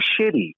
shitty